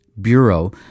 Bureau